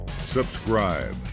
subscribe